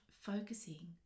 Focusing